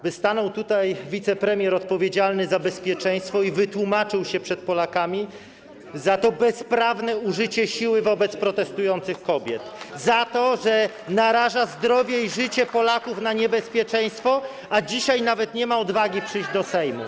By stanął tutaj wicepremier odpowiedzialny za bezpieczeństwo i wytłumaczył się przed Polakami z tego bezprawnego użycia siły wobec protestujących kobiet, z tego, że naraża zdrowie i życie Polaków na niebezpieczeństwo - a dzisiaj nawet nie ma odwagi przyjść do Sejmu.